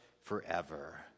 forever